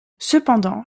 cependant